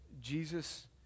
Jesus